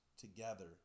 together